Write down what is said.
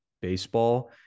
baseball